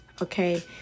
Okay